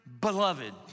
beloved